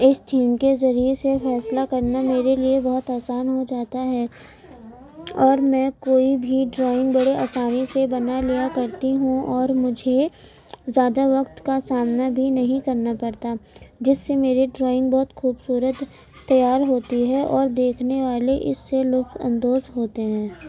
اس theme کے ذریعے سے فیصلہ کرنا میرے لیے بہت آسان ہو جاتا ہے اور میں کوئی بھی ڈرائنگ بڑے آسانی سے بنا لیا کرتی ہوں اور مجھے زیادہ وقت کا سامنا بھی نہیں کرنا پڑتا جس سے میرے ڈرائنگ بہت خوبصورت تیار ہوتی ہے اور دیکھنے والے اس سے لطف اندوز ہوتے ہیں